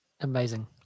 Amazing